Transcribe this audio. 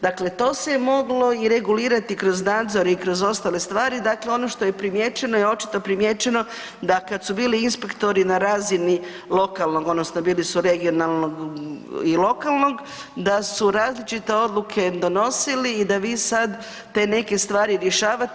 Dakle to se je moglo i regulirati kroz nadzor i kroz ostale stvari, dakle ono što je primijećeno je očito primijećeno da kad su bili inspektori na razini lokalno odnosno bili su regionalnog i lokalnog da su različite odluke donosili i da vi sad te neke stvari rješavate.